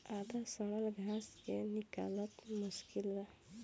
आधा सड़ल घास के निकालल मुश्किल बा